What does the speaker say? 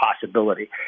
possibility